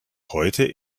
heute